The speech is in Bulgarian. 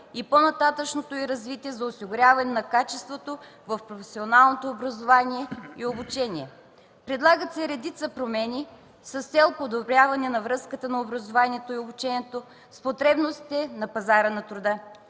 и по-нататъшното й развитие за осигуряване на качество в професионалното образование и обучение. Предлагат се редица промени с цел подобряване на връзката на образованието и обучението с потребностите на пазара на труда,